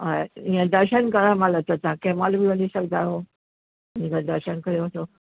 और इअं दर्शन करण महिल त तव्हां कंहिं महिल बि वञी सघंदा आहियो हिन खां दर्शन करे वठो